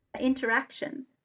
interaction